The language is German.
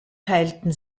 teilten